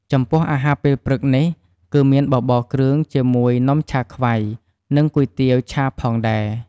ចំពោះអាហារពេលព្រឹកនេះ គឺមានបបរគ្រឿងជាមួយនំឆាខ្វៃ និងគុយទាវឆាផងដែរ។